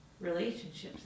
relationships